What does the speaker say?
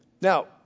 Now